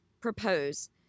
propose